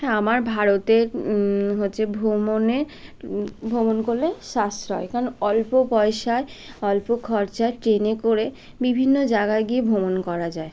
হ্যাঁ আমার ভারতে হচ্ছে ভ্রমণে ভ্রমণ করলে সাশ্রয় কারণ অল্প পয়সায় অল্প খরচায় ট্রেনে করে বিভিন্ন জায়গায় গিয়ে ভ্রমণ করা যায়